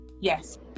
yes